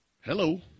Hello